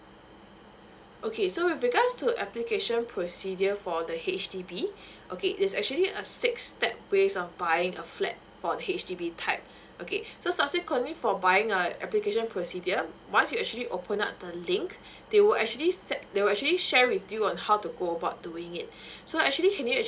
okay so with regards to the application procedure for the H_D_B okay it's actually a six step ways of buying a flat for the H_D_B type okay so subsequently for buying uh application procedure once you actually open up the link there will actually set there will actually share with you on how to go about doing it so actually can you actually